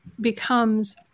becomes